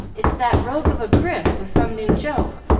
it's that rogue of a grif with some new joke.